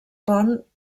pont